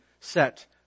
set